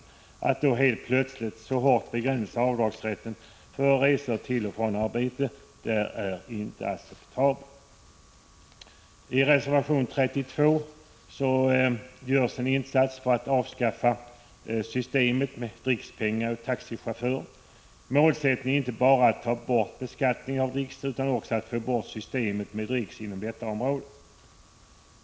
Det är oacceptabelt att då helt plötsligt så hårt begränsa rätten till avdrag för resor till och från arbetet. I reservation 32 görs en insats för att avskaffa systemet med drickspengar åt taxichaufförer. Målsättningen är inte bara att ta bort beskattningen av dricks utan också att helt få bort systemet med dricks inom detta område.